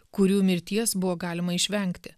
kurių mirties buvo galima išvengti